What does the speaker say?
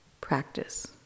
practice